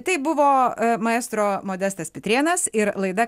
tai buvo maestro modestas pitrėnas ir laida